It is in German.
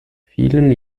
vielen